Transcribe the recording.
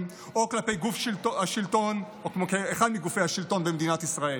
או כלפי גופי השלטון או אחד מגופי השלטון במדינת ישראל.